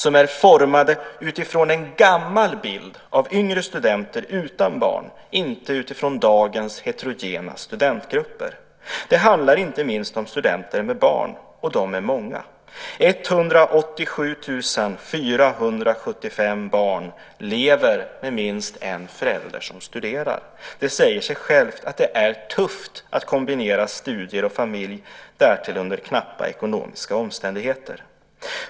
De är formade utifrån en gammal bild av yngre studenter utan barn och inte utifrån dagens heterogena stundentgrupper. Det handlar inte minst om studenter med barn, och de är många. 187 475 barn lever med minst en förälder som studerar. Det säger sig självt att det är tufft att kombinera studier och familj, och dessutom under knappa ekonomiska omständigheter.